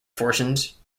fortunes